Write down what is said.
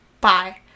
Bye